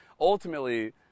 ultimately